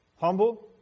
humble